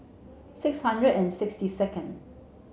six hundred and sixty second